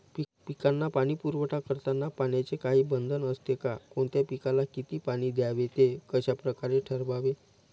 पिकांना पाणी पुरवठा करताना पाण्याचे काही बंधन असते का? कोणत्या पिकाला किती पाणी द्यावे ते कशाप्रकारे ठरवावे?